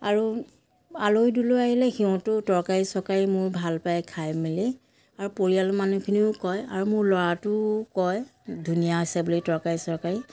আৰু আলহী দুলহী আহিলে সিহঁতেও তৰকাৰী চৰকাৰী মোৰ ভাল পায় খাই মেলি আৰু পৰিয়ালৰ মানুহখিনিও কয় আৰু মোৰ ল'ৰাটোও কয় ধুনীয়া হৈছে বুলি তৰকাৰী চৰকাৰী